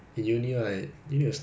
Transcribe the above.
cannot sleep ah I